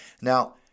Now